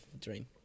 dream